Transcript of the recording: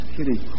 Kitty